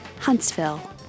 Huntsville